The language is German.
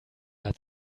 hat